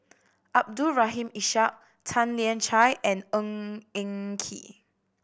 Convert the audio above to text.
Abdul Rahim Ishak Tan Lian Chye and Ng Eng Kee